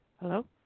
Hello